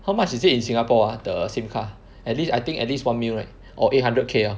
how much is it in Singapore ah the same car at least I think at least one mil right or eight hundred K ah